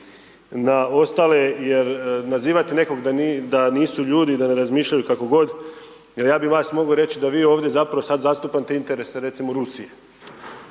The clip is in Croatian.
na ostale jer nazivati nekog da nisu ljudi i da ne razmišljaju kako god. Jer ja bih vas mogao reći, da vi ovdje zapravo sad zastupate interese recimo Rusije.